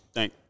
Thank